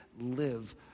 live